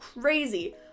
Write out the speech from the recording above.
crazy